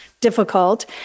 difficult